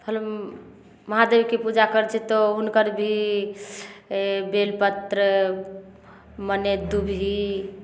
होल महादेवके पूजा करय छियै तऽ हुनकर भी बेलपत्र मने दुबही